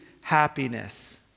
happiness